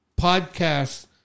podcast